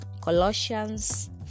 Colossians